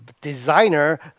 designer